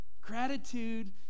gratitude